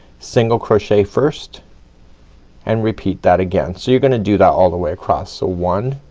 single crochet first and repeat that again. so you're gonna do that all the way across. so one,